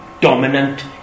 dominant